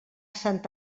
sant